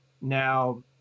Now